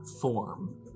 form